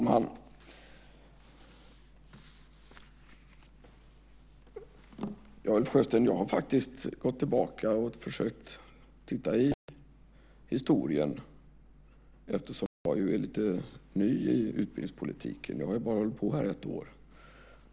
Herr talman! Jag har gått tillbaka och försökt titta i historien, Ulf Sjösten, eftersom jag är lite ny i utbildningspolitiken - jag har bara hållit på med det i ett år.